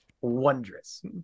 Wondrous